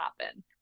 happen